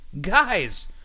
Guys